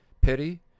pity